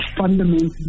fundamentally